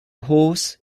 horse